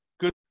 good